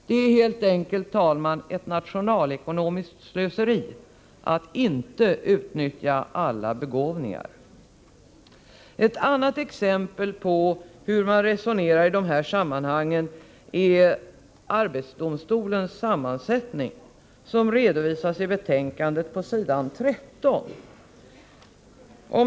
Det är helt enkelt, herr talman, ett nationalekonomiskt slöseri att inte utnyttja alla begåvningar. Ett annat exempel på hur man resonerar i de här sammanhangen är arbetsdomstolens sammansättning, som redovisas i betänkandet på s. 13.